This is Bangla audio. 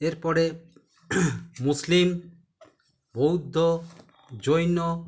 এর পরে মুসলিম বৌদ্ধ জৈন